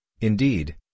Indeed